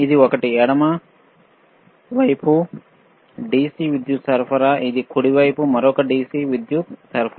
ఇది ఒకటి ఎడమ DC విద్యుత్ సరఫరా ఇది కుడి మరొక DC విద్యుత్ సరఫరా